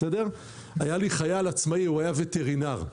היה לי חייל עצמאי, הוא היה וטרינר.